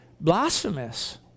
blasphemous